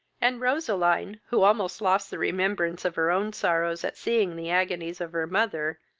and roseline, who almost lost the remembrance of her own sorrows at seeing the agonies of her mother,